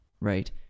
right